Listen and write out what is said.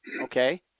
okay